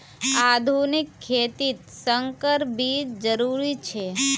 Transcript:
आधुनिक खेतित संकर बीज जरुरी छे